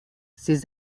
ses